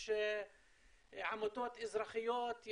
יש עמותות אזרחיות,